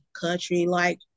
country-like